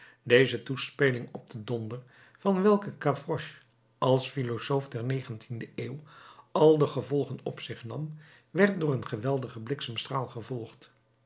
deze toespeling op den donder van welken gavroche als philosoof der negentiende eeuw al de gevolgen op zich nam werd door een geweldigen bliksemstraal gevolgd